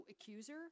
accuser